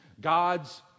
God's